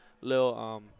little, –